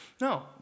No